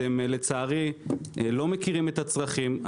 אתם לצערי לא מכירים את הצרכים,